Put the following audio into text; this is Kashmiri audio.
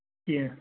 کیٚنہہ